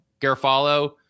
Garofalo